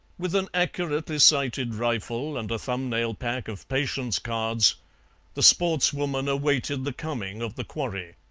with an accurately sighted rifle and a thumbnail pack of patience cards the sportswoman awaited the coming of the quarry.